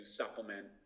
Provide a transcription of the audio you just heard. supplement